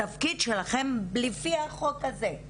התפקיד שלכם, לפי החוק הזה,